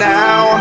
now